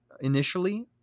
initially